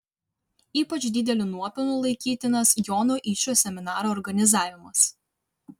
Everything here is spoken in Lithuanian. ypač dideliu nuopelnu laikytinas jono yčo seminaro organizavimas